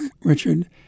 Richard